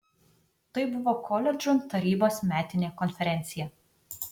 tai buvo koledžų tarybos metinė konferencija